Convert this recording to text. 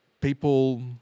people –